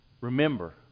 Remember